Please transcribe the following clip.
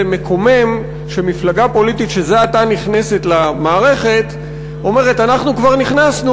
זה מקומם שמפלגה פוליטית שזה עתה נכנסת למערכת אומרת: אנחנו כבר נכנסנו